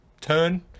turn